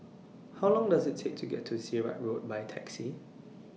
How Long Does IT Take to get to Sirat Road By Taxi